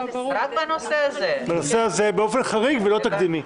רק בנושא הזה, באופן חריג ולא תקדימי.